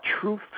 truth